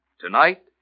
Tonight